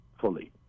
fully